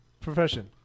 Profession